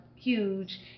Huge